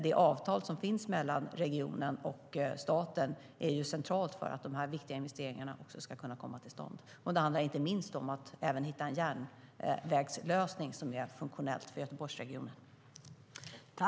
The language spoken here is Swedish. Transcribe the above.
Det avtal som finns mellan regionen och staten är centralt för att dessa viktiga investeringar ska kunna komma till stånd. Det handlar inte minst om att även hitta en järnvägslösning som är funktionell för Göteborgsregionen.